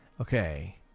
okay